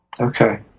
Okay